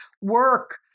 work